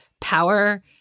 power